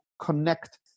connect